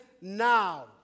now